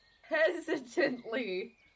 hesitantly